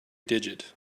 digit